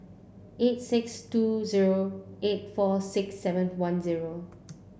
eight six two zero eight four six seven one zero